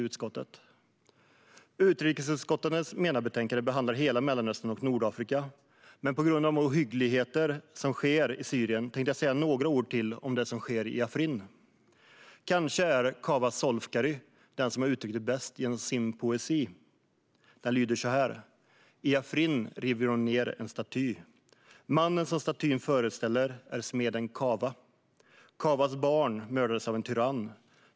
Utrikesutskottets MENA-betänkande behandlar hela Mellanöstern och Nordafrika. På grund av de ohyggligheter som sker i Syrien tänkte jag dock säga några ord till om det som händer i Afrin. Kanske är Kawa Zolfagary den som har uttryckt det bäst genom sin poesi. Han skriver så här: I Afrin river de ned en staty. Mannen som statyn föreställer är smeden Kawa. Kawas barn mördades av en tyrann.